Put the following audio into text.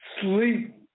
sleep